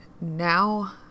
now